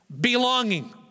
belonging